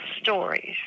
stories